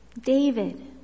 David